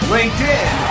LinkedIn